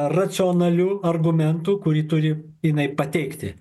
racionaliu argumentu kurį turi jinai pateikti